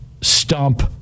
Stump